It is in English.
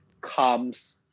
comes